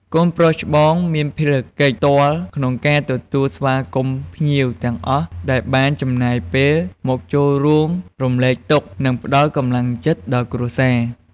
កូនប្រុសច្បងមានភារកិច្ចផ្ទាល់ក្នុងការទទួលស្វាគមន៍ភ្ញៀវទាំងអស់ដែលបានចំណាយពេលមកចូលរួមរំលែកទុក្ខ និងផ្តល់កម្លាំងចិត្តដល់គ្រួសារ។